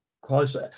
quality